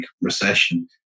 recession